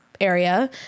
area